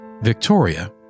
Victoria